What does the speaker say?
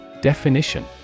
Definition